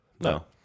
No